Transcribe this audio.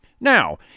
Now